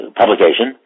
publication